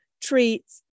treats